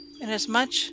inasmuch